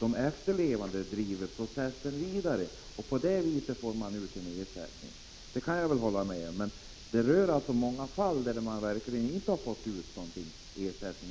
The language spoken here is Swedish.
de efterlevande driver processen vidare. På — Prot. 1985/86:48 det viset får de till slut ut en ersättning — det kan jag hålla med om. Men detär — 10 december 1985 många som inte har fått någon ersättning under sin livstid.